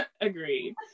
Agreed